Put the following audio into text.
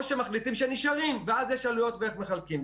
או שמחליטים שנשארים ואז יש עלויות וצריך לדבר איך מחלקים.